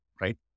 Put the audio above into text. right